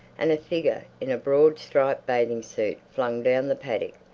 and a figure in a broad-striped bathing suit flung down the paddock,